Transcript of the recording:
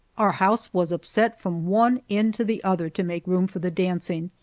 our house was upset from one end to the other to make room for the dancing,